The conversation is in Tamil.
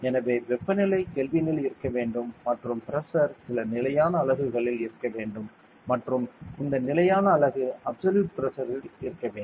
எனவே வெப்பநிலை கெல்வினில் இருக்க வேண்டும் மற்றும் பிரஷர் சில நிலையான அலகுகளில் இருக்க வேண்டும் மற்றும் இந்த நிலையான அலகு அப்சல்யூட் பிரஷரில் இருக்க வேண்டும்